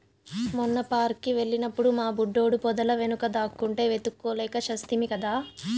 మొన్న పార్క్ కి వెళ్ళినప్పుడు మా బుడ్డోడు పొదల వెనుక దాక్కుంటే వెతుక్కోలేక చస్తిమి కదా